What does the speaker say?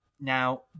Now